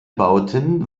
bauten